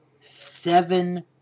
seven